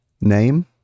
name